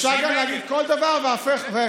אפשר גם להגיד כל דבר והיפוכו.